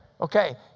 Okay